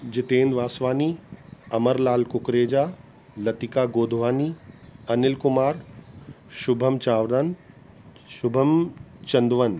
Jitendra Vaswani Amar Lal Kukreja Latika Godwani Anil Kumar Shubham Chavran Shubham Chandvan